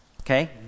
Okay